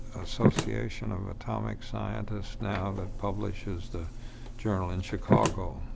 association of atomic scientists now that publishes the journal in chicago.